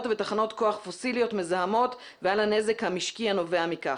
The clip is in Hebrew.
ותחנות כוח פוסיליות מזהמות ועל הנזק המשקי הנובע מכך.